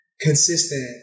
consistent